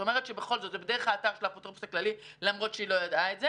את אומרת שזה דרך האתר של האפוטרופוס הכללי למרות שהיא לא ידעה את זה